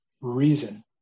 reason